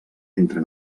entre